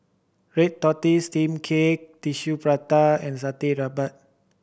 red tortoise steamed cake Tissue Prata and satay